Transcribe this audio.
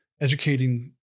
educating